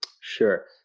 Sure